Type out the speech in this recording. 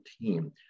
team